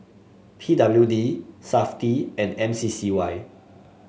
P W D Safti and M C C Y